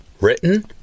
Written